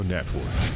Network